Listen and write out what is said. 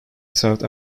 south